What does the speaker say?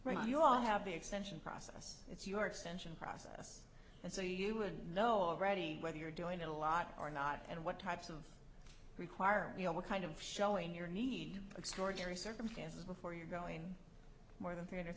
six you all have the extension process it's your extension process and so you would know already whether you're doing a lot or not and what types of require you know what kind of showing your need extraordinary circumstances before you're going more than three hundred